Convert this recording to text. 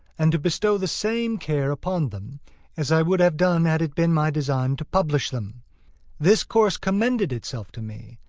and to bestow the same care upon them as i would have done had it been my design to publish them this course commended itself to me,